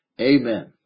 amen